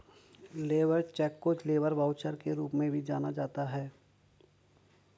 labour cheque को labour voucher के रूप में भी जाना जाता है